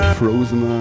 frozen